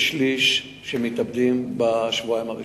שכשליש מתאבדים בשבועיים הראשונים.